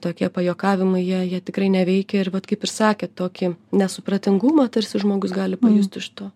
tokie pajuokavimai jei jie tikrai neveikia ir vat kaip ir sakėt tokį nesupratingumą tarsi žmogus gali pajust iš to